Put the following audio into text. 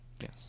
Yes